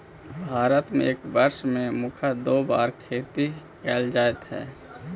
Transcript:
भारत में एक वर्ष में मुख्यतः दो बार खेती कैल जा हइ